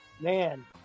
man